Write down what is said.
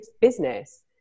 business